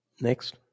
Next